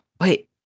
Wait